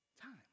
time